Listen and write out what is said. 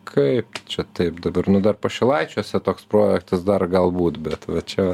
kaip čia taip dabar nu dar pašilaičiuose toks projektas dar galbūt bet va čia